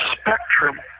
spectrum